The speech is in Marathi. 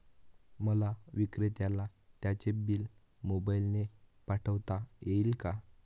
मला विक्रेत्याला त्याचे बिल मोबाईलने पाठवता येईल का?